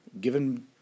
given